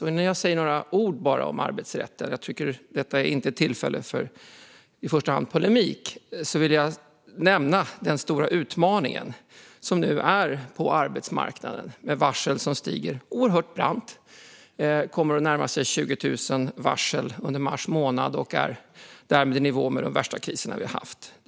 Jag vill nu bara säga några ord om arbetsrätten, för jag tycker inte att detta är tillfälle för polemik, och nämna den stora utmaning som nu finns på arbetsmarknaden. Varslen stiger oerhört brant. Det kommer att närma sig 20 000 varsel under mars månad, och detta är därmed i nivå med de värsta kriser vi haft.